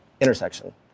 intersection